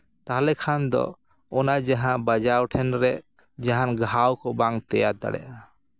ᱛᱟᱦᱚᱞᱮ ᱠᱷᱟᱱ ᱫᱚ ᱚᱱᱟ ᱡᱟᱦᱟᱸ ᱵᱟᱡᱟᱣ ᱴᱷᱮᱱ ᱨᱮ ᱡᱟᱦᱟᱱ ᱜᱷᱟᱣ ᱠᱚ ᱵᱟᱝ ᱛᱮᱭᱟᱨ ᱫᱟᱲᱮᱭᱟᱜᱼᱟ